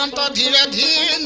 um da da da da